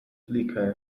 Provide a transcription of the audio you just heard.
flickr